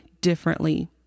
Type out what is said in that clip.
differently